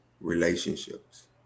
relationships